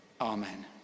amen